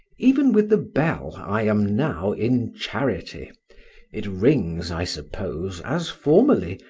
even with the bell i am now in charity it rings, i suppose, as formerly,